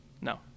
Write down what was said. no